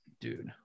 Dude